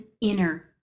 inner